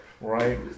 Right